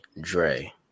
Dre